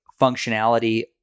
functionality